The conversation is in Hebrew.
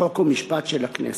חוק ומשפט של הכנסת.